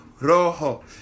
Rojo